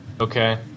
Okay